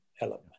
element